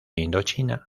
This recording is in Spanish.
indochina